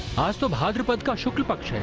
ah so bhadrapada shukla paksh.